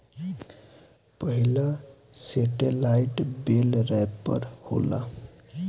पहिला satellite bale wrapper होला